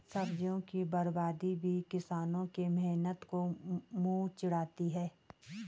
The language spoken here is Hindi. सब्जियों की बर्बादी भी किसानों के मेहनत को मुँह चिढ़ाती है